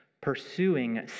pursuing